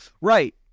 Right